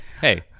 Hey